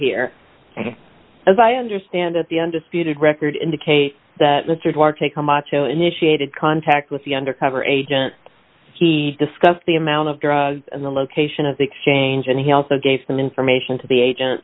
here as i understand it the undisputed record indicate that mr duarte camacho initiated contact with the undercover agent he discussed the amount of drugs and the location of the exchange and he also gave some information to the agent